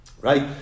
Right